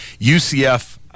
UCF